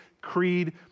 creed